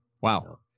Wow